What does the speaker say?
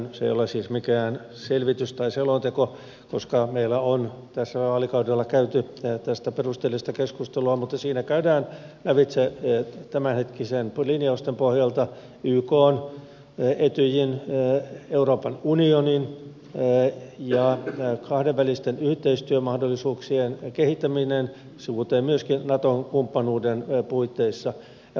se ei ole siis mikään selvitys tai selonteko koska meillä on tässä vaalikaudella käyty tästä perusteellista keskustelua mutta siinä käydään lävitse tämän hetkisten linjausten pohjalta ykn etyjin euroopan unionin ja kahdenvälisten yhteistyömahdollisuuksien kehittäminen sivuten myöskin naton kumppanuutta ja pohjoismaista yhteistyötä